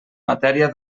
matèria